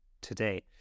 today